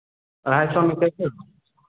ढाई सौ में कैसे